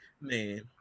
man